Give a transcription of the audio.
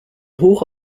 hoch